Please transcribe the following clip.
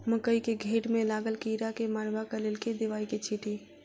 मकई केँ घेँट मे लागल कीड़ा केँ मारबाक लेल केँ दवाई केँ छीटि?